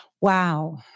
Wow